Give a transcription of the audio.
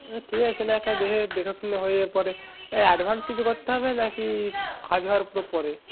আচ্ছা ঠিক আছে সে নয় একটা দেখে দেখেশুনে হয়ে যাবে পরে এ অ্যাডভান্স কিছু করতে হবে না কি কাজ হওয়ার পুরো পরে